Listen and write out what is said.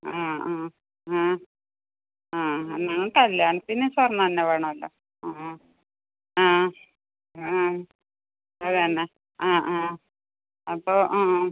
ആ ആ ആ ആ അന്ന് കല്ല്യാണത്തിന് സ്വർണ്ണം തന്നെ വേണമല്ലോ ആ ആ ആ അത് തന്നെ ആ ആ അപ്പോൾ ആ